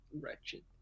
wretched